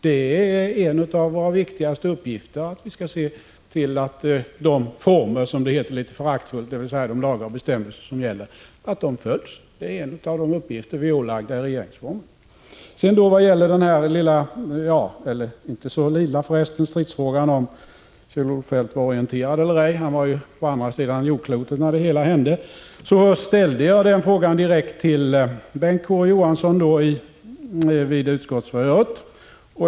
Det är en av våra viktigaste uppgifter att se till att de former — som det litet föraktfullt heter — dvs. de lagar och bestämmelser som gäller följs. Det är en av de uppgifter som vi är ålagda i regeringsformen. I vad gäller stridsfrågan om huruvida Kjell-Olof Feldt var orienterad eller ej — han var på andra sidan jordklotet när det hela hände — ställde jag frågan direkt till Bengt K. Å. Johansson vid utskottsförhöret.